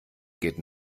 geht